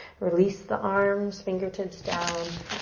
release the arms, fingertips down,